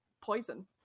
poison